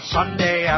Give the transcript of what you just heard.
Sunday